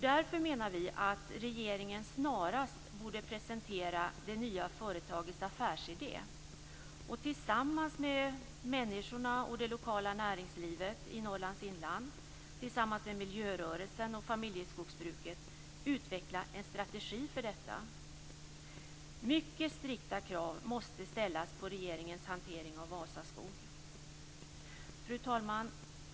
Därför menar vi att regeringen snarast borde presentera det nya företagets affärsidé och tillsammans med människorna och det lokala näringslivet i Norrlands inland, och tillsammans med miljörörelsen och familjeskogsbruket, utveckla en strategi för detta. Mycket strikta krav måste ställas på regeringens hantering av Vasaskog. Fru talman!